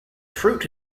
fruit